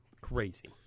Crazy